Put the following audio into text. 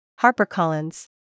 HarperCollins